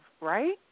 right